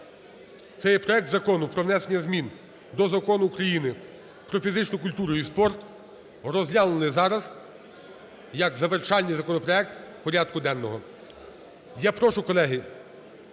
є проект Закону про внесення змін до Закону України "Про фізичну культуру і спорт" розглянули зараз як завершальний законопроект порядку денного.